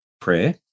prayer